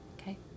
Okay